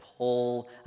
Paul